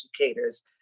educators